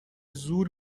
زور